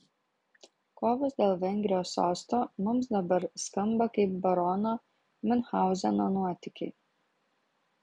kovos dėl vengrijos sosto mums dabar skamba kaip barono miunchauzeno nuotykiai